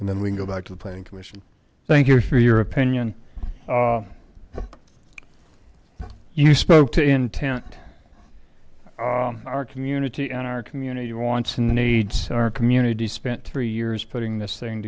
and then we can go back to the planning commission thank you for your opinion you spoke to intent our community and our community wants and needs our community spent three years putting this thing